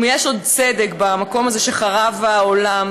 אם יש עוד צדק במקום הזה שחרב העולם,